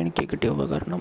എനിക്ക് കിട്ടിയ ഉപകരണം